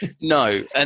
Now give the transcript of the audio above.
No